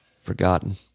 Forgotten